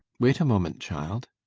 wait a moment, child.